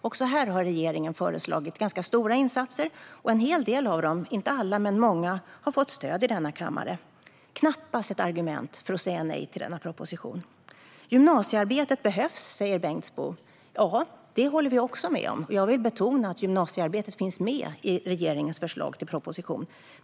Även här har regeringen föreslagit ganska stora insatser, och en hel del av dem - inte alla men många - har fått stöd i denna kammare. Det här är knappast ett argument för att säga nej till denna proposition. Gymnasiearbetet behövs, säger Bengtzboe. Ja, det håller vi också med om. Jag vill betona att gymnasiearbetet finns med i regeringens förslag till proposition.